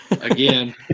Again